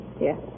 Yes